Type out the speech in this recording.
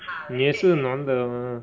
你也是男的 mah